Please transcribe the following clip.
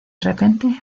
repente